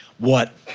what?